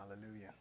Hallelujah